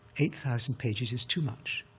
eight thousand pages is too much.